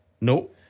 No